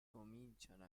cominciano